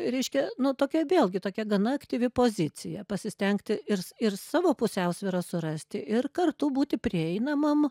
reiškia nu tokia vėlgi tokia gana aktyvi pozicija pasistengti ir ir savo pusiausvyrą surasti ir kartu būti prieinamam